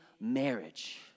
marriage